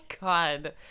god